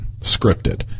scripted